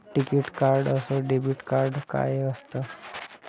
टिकीत कार्ड अस debit card काय असत?